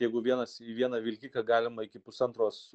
jeigu vienas į vieną vilkiką galima iki pusantros